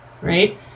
Right